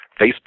facebook